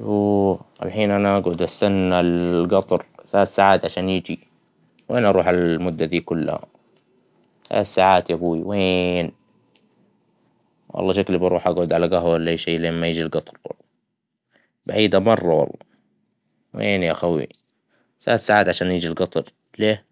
اووه الحين أنا أقعد أستنى القطر ثلاث ساعات عشان يجى ، وين أروح المدة دى كلها ؟ ثلاث ساعات يبوى ووين ، والله شكلى بروح أقعد على قهوة ولا إشى لما يجى القطر، بعيدة مرة والله ايين يخوى ثلاث ساعات علشان يجى القطر ، ليه